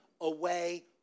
away